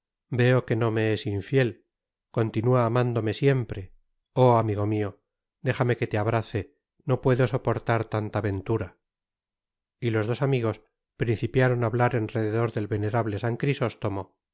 veo que no me es infiel continua amándome siempre oh amigo mio déjame que le abrace no puedo suportar tanta ventura y los dos amigos principiaron á bailar en rededor del venerable san cri